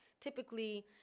typically